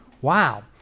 Wow